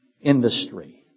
industry